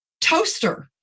toaster